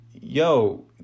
yo